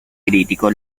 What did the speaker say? crítico